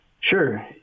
Sure